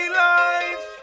life